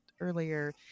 earlier